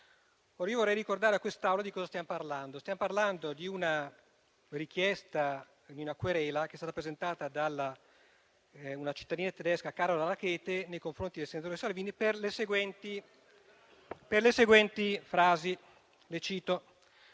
Vorrei ricordare all'Assemblea di cosa stiamo parlando. Stiamo parlando di una querela che è stata presentata da una cittadina tedesca, Carola Rackete, nei confronti del senatore Salvini, per le seguenti frasi, che cito: